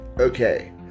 Okay